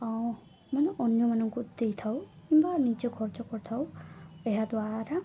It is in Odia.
ମାନେ ଅନ୍ୟମାନଙ୍କୁ ଦେଇଥାଉ କିମ୍ବା ନିଜେ ଖର୍ଚ୍ଚ କରିଥାଉ ଏହାଦ୍ୱାରା